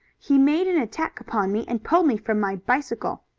he made an attack upon me, and pulled me from my bicycle.